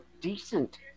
decent